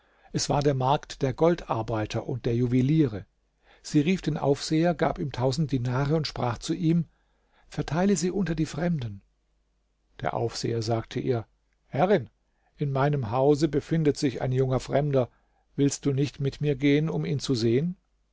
es war der markt der goldarbeiter und juweliere sie rief den aufseher gab ihm tausend dinare und sprach zu ihm verteile sie unter die fremden der aufseher sagte ihr herrin in meinem hause befindet sich ein junger fremder willst du nicht mit mir gehen um ihn zu sehen